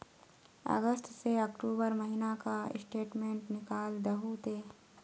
अगस्त से अक्टूबर महीना का स्टेटमेंट निकाल दहु ते?